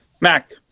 Mac